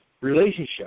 relationship